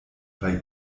bei